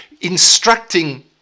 instructing